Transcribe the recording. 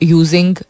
using